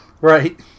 Right